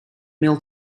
meal